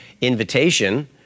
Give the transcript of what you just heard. invitation